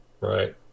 right